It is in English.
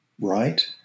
right